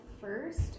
first